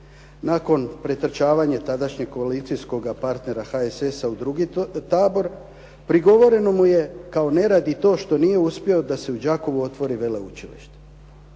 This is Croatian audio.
nakon pretrčavanja tadašnjeg koalicijskoga partnera HSS-a u drugi tabor prigovoreno mu je kao ne radi to što nije uspio da se u Đakovu otvori veleučilište.